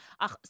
Ach